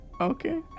Okay